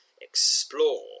Explore